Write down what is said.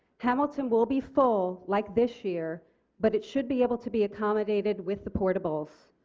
hamilton will be full like this year but it should be able to be accommodated with the portables.